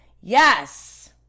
Yes